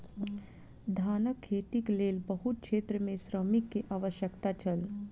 धानक खेतीक लेल बहुत क्षेत्र में श्रमिक के आवश्यकता छल